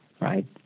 right